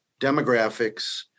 demographics